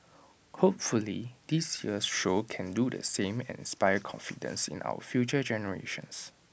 hopefully this year's show can do the same and inspire confidence in our future generations